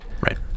Right